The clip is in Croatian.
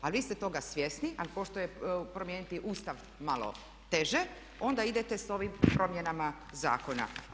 A vi ste toga svjesni ali pošto je promijeniti Ustav malo teže onda idete s ovim promjenama zakona.